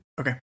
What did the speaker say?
Okay